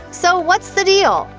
so, what's the deal?